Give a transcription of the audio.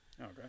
Okay